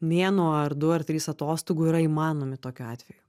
mėnuo ar du ar trys atostogų yra įmanomi tokiu atveju